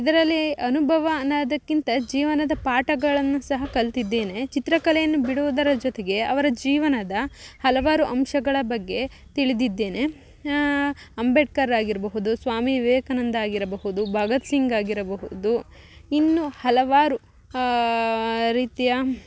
ಇದರಲ್ಲಿ ಅನುಭವ ಅನ್ನೊದಕ್ಕಿಂತ ಜೀವನದ ಪಾಠಗಳನ್ನ ಸಹ ಕಲ್ತಿದ್ದೇನೆ ಚಿತ್ರಕಲೆಯನ್ನು ಬಿಡುವುದರ ಜೊತೆಗೆ ಅವರ ಜೀವನದ ಹಲವಾರು ಅಂಶಗಳ ಬಗ್ಗೆ ತಿಳಿದ್ದಿದ್ದೇನೆ ಅಂಬೇಡ್ಕರ್ರಾಗಿರ್ಬಹುದು ಸ್ವಾಮಿ ವಿವೇಕಾನಂದ ಆಗಿರಬಹುದು ಭಗತ್ಸಿಂಗ್ ಆಗಿರಬಹುದು ಇನ್ನು ಹಲವಾರು ರೀತಿಯ